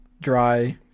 dry